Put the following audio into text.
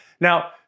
Now